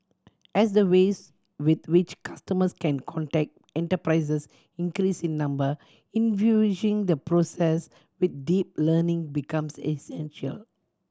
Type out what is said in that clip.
as the ways with which customers can contact enterprises increase in number infusing the process with deep learning becomes essential